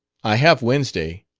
i have wednesday,